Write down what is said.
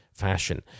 fashion